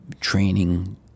training